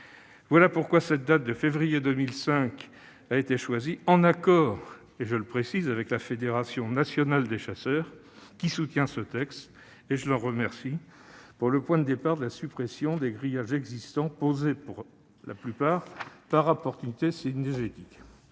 Voilà pourquoi la date de février 2005 a été choisie, en accord avec la Fédération nationale des chasseurs, qui soutient ce texte- je l'en remercie -, comme point de départ de la suppression des grillages existants, posés, pour la plupart, par opportunité cynégétique.